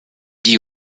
die